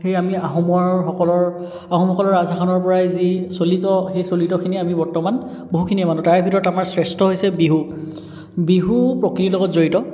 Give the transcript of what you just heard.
সেই আমি আহোমৰ সকলৰ আহোমসকলৰ ৰাজশাসনৰ পৰাই যি চলিত সেই চলিতখিনি আমি বৰ্তমান বহুখিনি মানোঁ তাৰে ভিতৰত আমাৰ শ্ৰেষ্ঠ হৈছে বিহু বিহু প্ৰকৃতিৰ লগত জড়িত